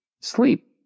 sleep